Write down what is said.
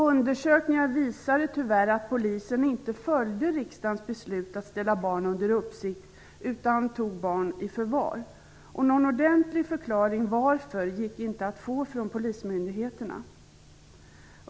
Undersökningar visade tyvärr att polisen inte följde riksdagens beslut att ställa barnen under uppsikt utan tog dem i förvar. Någon ordentlig förklaring till varför så skedde gick inte att få från polismyndigheterna.